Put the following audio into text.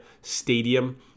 Stadium